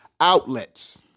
outlets